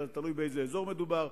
אלא תלוי באיזה אזור מדובר,